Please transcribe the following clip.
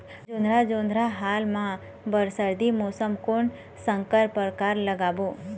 जोंधरा जोन्धरा हाल मा बर सर्दी मौसम कोन संकर परकार लगाबो?